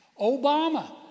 Obama